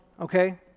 okay